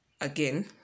again